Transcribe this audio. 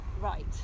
right